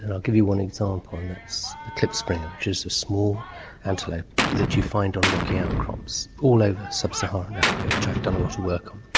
and i'll give you one example and that's a klipspringer which is a small antelope that you find on rocky outcrops all over sub-saharan africa which i've done a lot of work on.